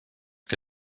que